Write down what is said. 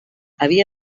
havia